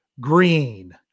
Green